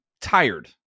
tired